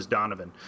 Donovan